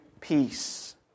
peace